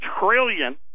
trillion